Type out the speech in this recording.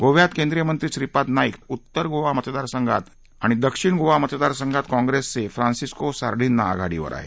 गोव्यात केंद्रीय मंत्री श्रीपाद नाईक उत्तर गोवा मतदार संघात तर दक्षिण गोवा मतदार संघात काँग्रेसचे फ्रान्सिस्को सार्डीन्हा आघाडीवर आहेत